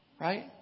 right